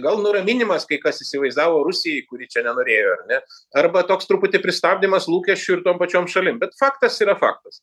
gal nuraminimas kai kas įsivaizdavo rusijai kuri čia nenorėjo ar ne arba toks truputį pristabdymas lūkesčių ir tom pačiom šalim bet faktas yra faktas